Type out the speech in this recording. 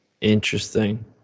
Interesting